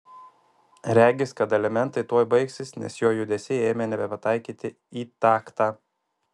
regis kad elementai tuoj baigsis nes jo judesiai ėmė nebepataikyti į taktą